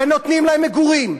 ונותנים להם מגורים,